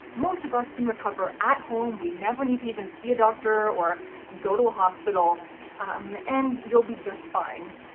most of us can recover at home. we never need to even see a doctor or go to a hospital um and you'll be just fine.